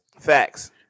Facts